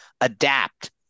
adapt